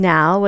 Now